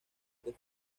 que